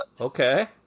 Okay